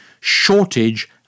Shortage